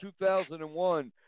2001